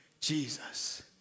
jesus